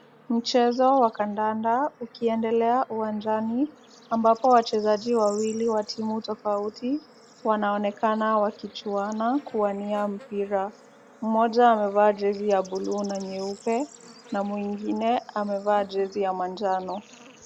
Mchezo wa kandanda ukiendelea uwanjani, ambapo wachezaji wawili wa timu tofauti wanaonekana wakichuana kuwania mpira. Mmoja amevaa jezi ya buluu na nyeupe na mwingine amevaa jezi ya manjano.